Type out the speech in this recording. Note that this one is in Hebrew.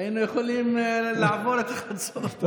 היינו יכולים לעבור את חצות.